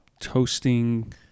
toasting